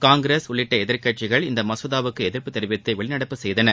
காங்கிரஸ் உள்ளிட்ட எதிர்க்கட்சிகள் இம்மசோதாவுக்கு எதிர்ப்பு தெரிவித்து வெளிநடப்பு செய்தன